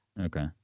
Okay